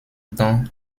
temps